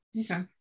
Okay